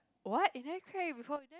what you never crack egg before